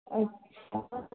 अच्छा